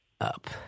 up